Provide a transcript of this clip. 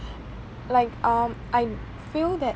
like um I feel that